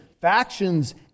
factions